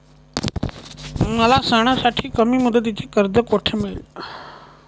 मला सणासाठी कमी मुदतीचे कर्ज कोठे मिळेल?